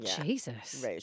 Jesus